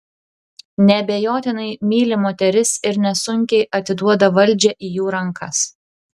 neabejotinai myli moteris ir nesunkiai atiduoda valdžią į jų rankas